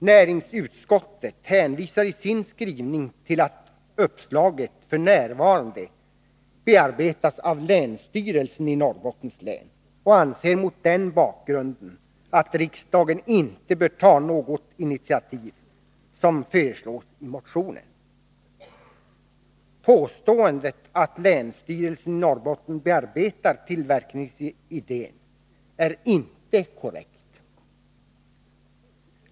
Näringsutskottet hänvisar i sin skrivning till att uppslaget f. n. bearbetas av länsstyrelsen i Norrbottens län och anser mot den bakgrunden att riksdagen inte bör ta något sådant initiativ som föreslås i motionen 2024. Påståendet att länsstyrelsen i Norrbotten bearbetar tillverkningsidén är inte korrekt.